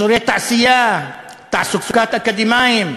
אזורי תעשייה, תעסוקת אקדמאים,